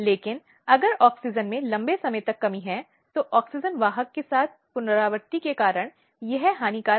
क्योंकि कहें कि परिवार के निर्णय लेने की प्रक्रिया में उसकी बहुत कम भूमिका है